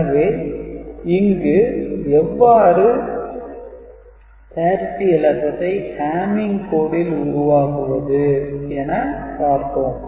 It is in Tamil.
எனவே இங்கு எவ்வாறு parity இலக்கத்தை Hamming code ல் உருவாக்குது என பார்த்தோம்